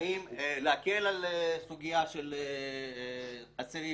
האם להקל על סוגיה של אסירים